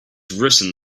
written